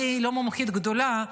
ואני לא מומחית גדולה,